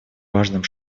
важным